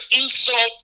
insult